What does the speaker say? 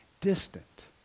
distant